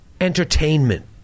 entertainment